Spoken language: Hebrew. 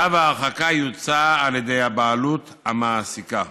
צו ההרחקה יוצא על ידי הבעלות המעסיקה,